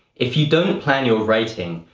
if you don't plan your writing,